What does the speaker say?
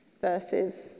verses